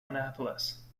annapolis